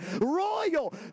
royal